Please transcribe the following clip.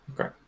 Okay